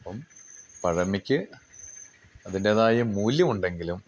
അപ്പം പഴമയ്ക്ക് അതിൻ്റെതായ മൂല്യം ഉണ്ടെങ്കിലും